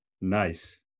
Nice